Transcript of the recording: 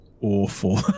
awful